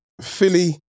Philly